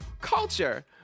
culture